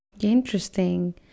Interesting